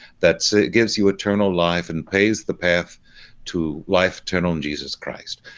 that it gives you eternal life and paves the path to life eternal in jesus christ.